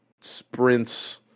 sprints